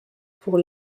pour